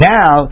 Now